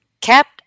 kept